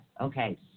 Okay